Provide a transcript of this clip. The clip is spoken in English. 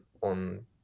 on